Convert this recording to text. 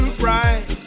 bright